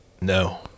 No